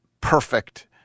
perfect